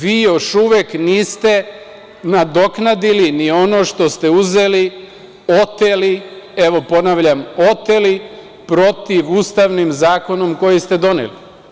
Vi još uvek niste nadoknadili ni ono što ste uzeli, oteli, evo ponavljam – oteli, protivustavnim zakonom koji ste doneli.